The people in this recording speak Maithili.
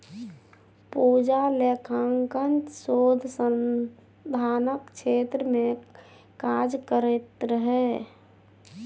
पूजा लेखांकन शोध संधानक क्षेत्र मे काज करैत रहय